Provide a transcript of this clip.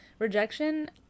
Rejection